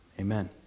Amen